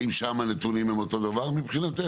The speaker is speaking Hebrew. האם שם הנתונים הם אותו דבר מבחינתך?